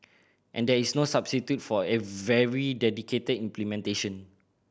and there is no substitute for very dedicated implementation